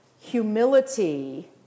humility